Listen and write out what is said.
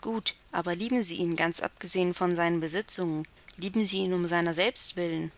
gut aber lieben sie ihn ganz abgesehen von seinen besitzungen lieben sie ihn um seiner selbst willen